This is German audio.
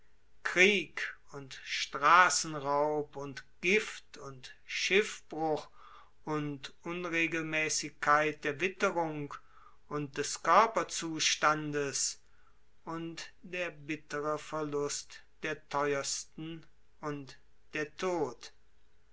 krieg und straßenraub und gift und schiffbruch und unregelmäßigkeit der witterung und des körperzustandes und der bittere verlust der theuersten und der tod